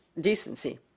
decency